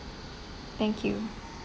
thank you